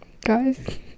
guys